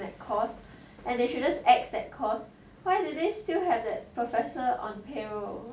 and they should just X that course why do they still have that professor on payroll